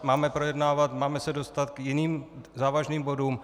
Máme projednávat, máme se dostat k jiným závažným bodům.